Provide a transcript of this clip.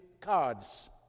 cards